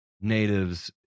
natives